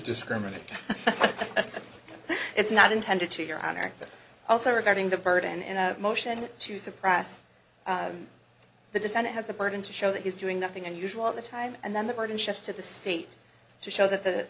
discriminant it's not intended to your honor but also regarding the burden in a motion to suppress the defendant has the burden to show that he's doing nothing unusual at the time and then the burden shifts to the state to show that the